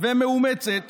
ומאומצת